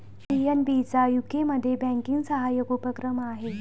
PNB चा यूकेमध्ये banking सहाय्यक उपक्रम आहे